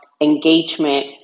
engagement